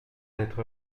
être